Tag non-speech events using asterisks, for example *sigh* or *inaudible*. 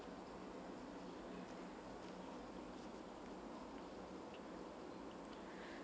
*breath*